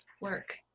work